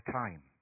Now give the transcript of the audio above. time